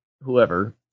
whoever